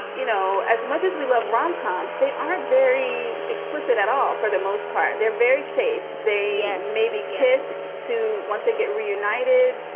you know, as much as we love rom coms, they are very explicit at all for the most part, they're very safe. they and may kiss to once they get reunited,